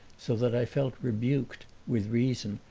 so that i felt rebuked, with reason,